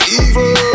evil